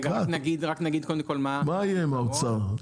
מה יהיה עם האוצר?